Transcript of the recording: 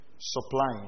supplying